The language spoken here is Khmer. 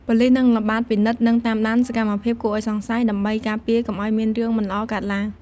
ប៉ូលីសនឹងល្បាតពិនិត្យ និងតាមដានសកម្មភាពគួរឱ្យសង្ស័យ ដើម្បីការពារកុំឱ្យមានរឿងមិនល្អកើតឡើង។